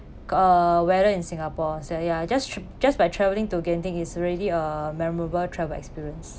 uh weather in singapore so ya just just by travelling to genting is already a memorable travel experience